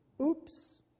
Oops